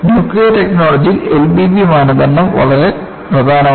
nuclear ടെക്നോളജിയിൽ LBB മാനദണ്ഡം വളരെ പ്രധാനമാണ്